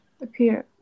appear